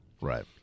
Right